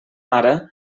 ara